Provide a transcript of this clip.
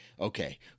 okay